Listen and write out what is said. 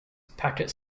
packet